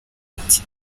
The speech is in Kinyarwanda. ati